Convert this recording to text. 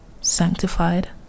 sanctified